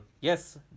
Yes